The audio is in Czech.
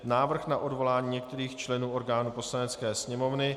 Návrh na odvolání některých členů orgánů Poslanecké sněmovny